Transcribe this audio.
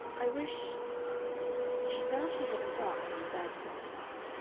i wish she found she had embarked on a bad sentence